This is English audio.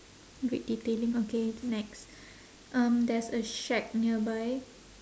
red detailing okay next um there's a shack nearby